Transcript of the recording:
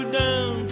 down